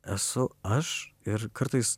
esu aš ir kartais